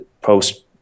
post